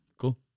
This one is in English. Cool